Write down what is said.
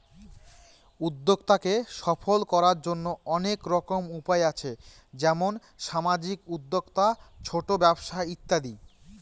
উদ্যক্তাকে সফল করার জন্য অনেক রকম উপায় আছে যেমন সামাজিক উদ্যোক্তা, ছোট ব্যবসা ইত্যাদি